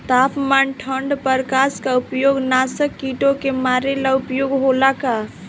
तापमान ठण्ड प्रकास का उपयोग नाशक कीटो के मारे ला उपयोग होला का?